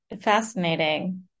fascinating